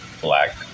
black